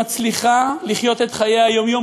מצליחה לחיות את חייה יום-יום,